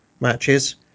matches